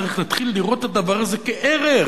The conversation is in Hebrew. צריך להתחיל לראות את הדבר הזה כערך.